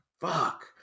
fuck